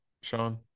Sean